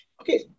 Okay